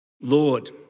Lord